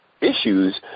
issues